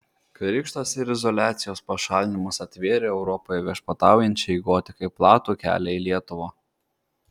krikštas ir izoliacijos pašalinimas atvėrė europoje viešpataujančiai gotikai platų kelią į lietuvą